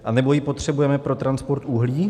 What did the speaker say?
Anebo ji potřebujeme pro transport uhlí?